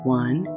one